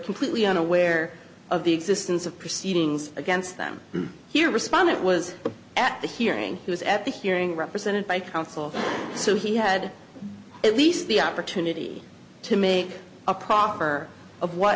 completely unaware of the existence of proceedings against them here respondent was at the hearing he was at the hearing represented by counsel so he had at least the opportunity to make a proper of what